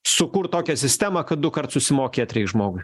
sukurt tokią sistemą kad dukart susimokėt reik žmogui